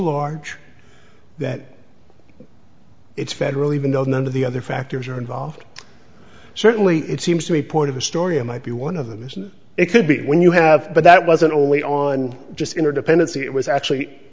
large that it's federal even though none of the other factors are involved certainly it seems to me point of a story and might be one of them isn't it could be when you have but that wasn't only on just interdependency it was actually